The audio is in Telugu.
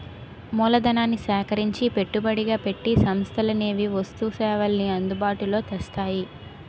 మూలధనాన్ని సేకరించి పెట్టుబడిగా పెట్టి సంస్థలనేవి వస్తు సేవల్ని అందుబాటులో తెస్తాయి